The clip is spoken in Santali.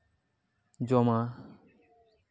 ᱡᱚᱢᱟ